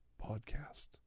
podcast